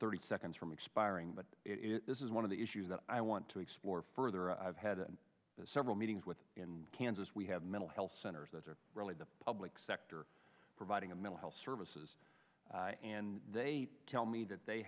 thirty seconds for mixed firing but this is one of the issues that i want to explore further i've had several meetings with kansas we have mental health centers that are really the public sector providing a middle health services and they tell me that they